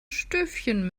stövchen